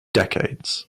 decades